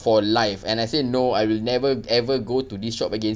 for life and I say no I will never ever go to this shop again